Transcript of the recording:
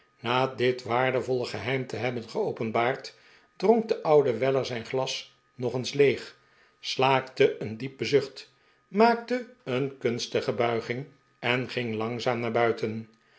na dit waardevolle geheim te hebben geopenbaard dronk de oude weller zijn glas nog eens leeg slaakte een diepen zucht maakte een kunstige buiging en ging langzaam naar buiten